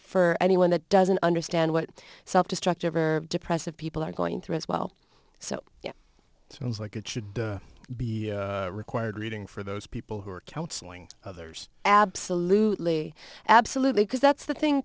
for anyone that doesn't understand what self destructive or depressive people are going through as well so it was like it should be required reading for those people who are counseling others absolutely absolutely because that's the thing